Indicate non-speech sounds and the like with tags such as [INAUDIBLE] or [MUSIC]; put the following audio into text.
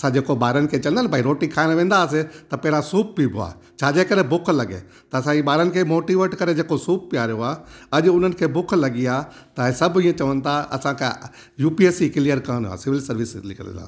असां जेको ॿारनि खे चङनि भाई रोटी खायण वेंदा हुआसीं त पहिरियां सूप पीअबो आहे छाजे करे बुख लॻे त असांइ ॿारनि खे मोटिवेट करे जेको सूप पीआरेयो आहे अॼ हुननि खे बुख लॻी आहे तव्हांजे सभु इहे चवनि था असांखां यूपीएससी क्लिअर करिणो आहे सिविल सर्विस [UNINTELLIGIBLE]